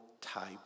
type